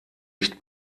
nicht